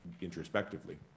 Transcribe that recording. introspectively